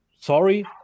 Sorry